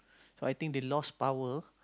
I think they lost power